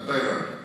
אתה הבנת.